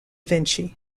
vinci